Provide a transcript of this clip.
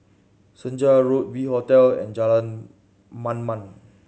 Senja Road V Hotel and Jalan Mamam